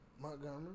Montgomery